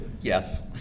Yes